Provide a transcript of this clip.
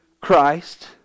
Christ